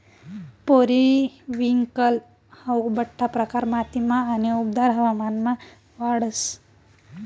periwinkle हाऊ बठ्ठा प्रकार मातीमा आणि उबदार हवामानमा वाढस